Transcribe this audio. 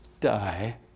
die